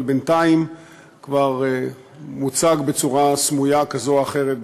אבל בינתיים כבר מוצג בצורה סמויה כזו או אחרת בתקשורת,